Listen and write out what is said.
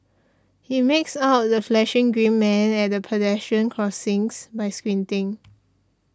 he makes out the flashing green man at pedestrian crossings by squinting